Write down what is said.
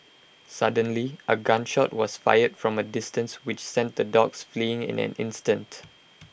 suddenly A gun shot was fired from A distance which sent the dogs fleeing in an instant